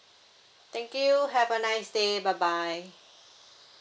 thank you have a nice day bye bye